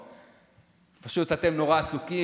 פשוט אתם נורא עסוקים,